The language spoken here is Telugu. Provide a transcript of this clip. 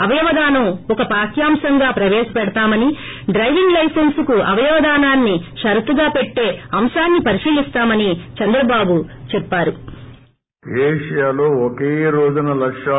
అవయవ దానం ఒక పాఠ్యాంశంగా ప్రవేశ పెడతామని డ్రైవింగ్ లైసెన్స్ కు అవయేవాదానాన్ని షరతుగా పెట్టి అంశాన్ని పరిశీలిస్తామని చంద్రబాబు చెప్పారు